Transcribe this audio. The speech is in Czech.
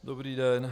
Dobrý den.